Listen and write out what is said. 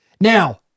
Now